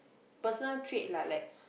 personal trait lah like